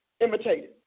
imitated